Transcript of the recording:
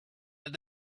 that